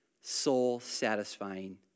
soul-satisfying